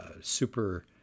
super